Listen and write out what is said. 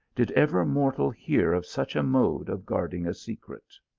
did ever mortal hear of such a mode of guarding a secret!